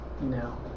No